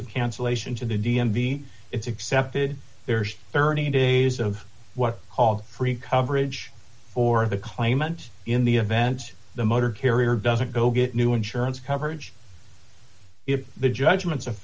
of cancellation to the d m v it's accepted there's thirty days of what called free coverage or of the claimant in the event the motor carrier doesn't go get new insurance coverage if the judgments